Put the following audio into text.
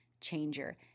changer